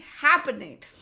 happening